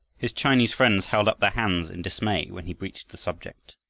his chinese friends held up their hands in dismay when he broached the subject.